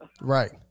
right